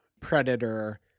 Predator